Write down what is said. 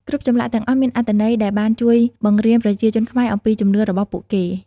គ្រប់ចម្លាក់ទាំងអស់មានអត្ថន័យដែលបានជួយបង្រៀនប្រជាជនខ្មែរអំពីជំនឿរបស់ពួកគេ។